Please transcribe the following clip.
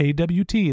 AWT